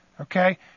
Okay